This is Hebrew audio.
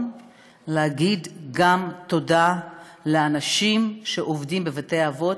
להגיד גם תודה לאנשים שעובדים בבתי-אבות,